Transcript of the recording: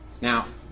Now